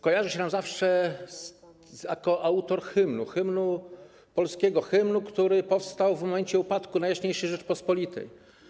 Kojarzy się nam zawsze jako autor polskiego hymnu, który powstał w momencie upadku Najjaśniejszej Rzeczpospolitej.